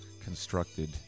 constructed